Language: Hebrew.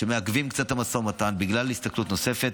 שמעכבים קצת את המשא ומתן בשביל הסתכלות נוספת,